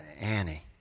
Annie